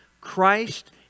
Christ